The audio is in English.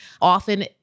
Often